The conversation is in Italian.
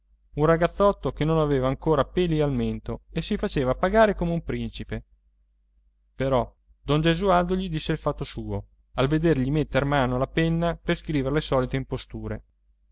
un ragazzotto che non aveva ancora peli al mento e si faceva pagare come un principe però don gesualdo gli disse il fatto suo al vedergli metter mano alla penna per scrivere le solite imposture